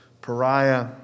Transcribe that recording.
pariah